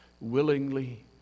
willingly